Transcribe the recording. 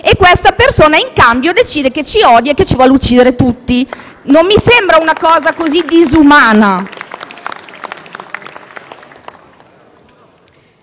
aiutato, e che in cambio decide che ci odia e ci vuole uccidere tutti. Non mi sembra una cosa così disumana.